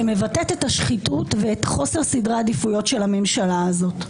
שמבטאת את השחיתות ואת חוסר סדרי העדיפויות של הממשלה הזאת.